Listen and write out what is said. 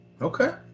Okay